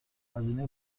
هزینه